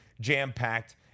jam-packed